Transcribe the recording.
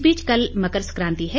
इस बीच कल मकर सक्रांति है